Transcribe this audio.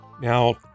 Now